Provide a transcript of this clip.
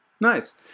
Nice